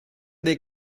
dei